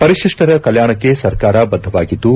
ಪರಿತಿಷ್ಲರ ಕಲ್ಲಾಣಕ್ಕೆ ಸರ್ಕಾರ ಬದ್ದವಾಗಿದ್ದು